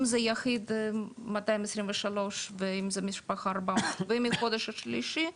אם זה יחיד: 223 ואם זה משפחה: 440 מהחודש השלישי,